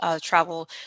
travel